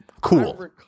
cool